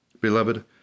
Beloved